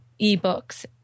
eBooks